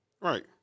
Right